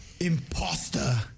imposter